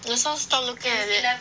ya so stop looking at it